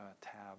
tab